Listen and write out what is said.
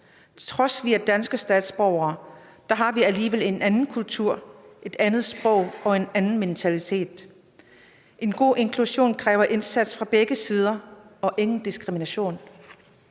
Trods vi er danske statsborgere, har vi alligevel en anden kultur, et andet sprog og en anden mentalitet. En god inklusion kræver indsats fra begge sider og ingen diskrimination.